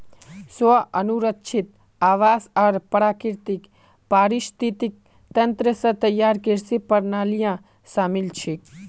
स्व अनुरक्षित आवास आर प्राकृतिक पारिस्थितिक तंत्र स तैयार कृषि प्रणालियां शामिल छेक